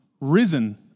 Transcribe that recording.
risen